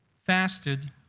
fasted